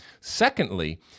Secondly